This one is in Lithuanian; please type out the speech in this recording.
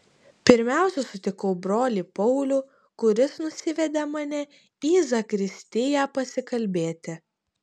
pirmiausia sutikau brolį paulių kuris nusivedė mane į zakristiją pasikalbėti